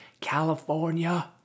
California